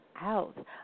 out